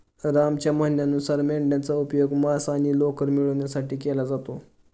रामच्या म्हणण्यानुसार मेंढयांचा उपयोग मांस आणि लोकर मिळवण्यासाठी केला जातो